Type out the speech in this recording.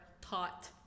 taught